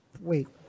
wait